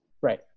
Right